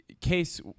case